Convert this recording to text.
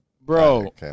bro